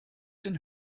den